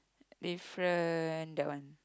different that one